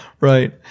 Right